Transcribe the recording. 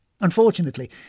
Unfortunately